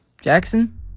Jackson